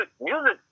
music